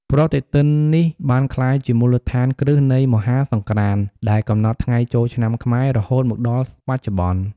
ប្រតិទិននេះបានក្លាយជាមូលដ្ឋានគ្រឹះនៃមហាសង្ក្រាន្តដែលកំណត់ថ្ងៃចូលឆ្នាំខ្មែររហូតមកដល់បច្ចុប្បន្ន។